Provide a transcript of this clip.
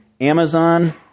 Amazon